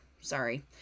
Sorry